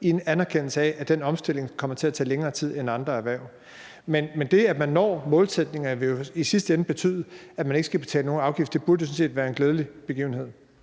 i anerkendelse af at den omstilling kommer til at tage længere tid end i andre erhverv. Men det, at man når målsætningen, vil jo i sidste ende betyde, at man ikke skal betale nogen afgift. Det burde jo sådan set være en glædelig begivenhed.